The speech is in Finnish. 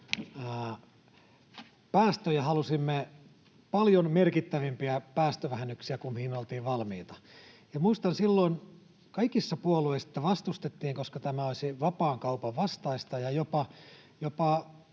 päästöjä, halusimme paljon merkittävämpiä päästövähennyksiä kuin mihin oltiin valmiita. Muistan silloin, että kaikissa puolueissa sitä vastustettiin, koska tämä olisi vapaan kaupan vastaista,